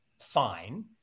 fine